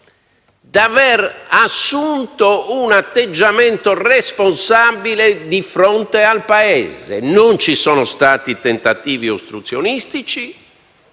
di aver assunto un atteggiamento responsabile di fronte al Paese: non ci sono stati tentativi ostruzionistici,